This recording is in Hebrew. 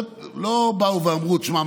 לא באו ואמרו: תשמע,